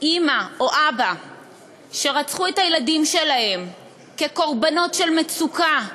אימא או אבא שרצחו את הילדים שלהם כקורבנות של מצוקה,